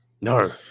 no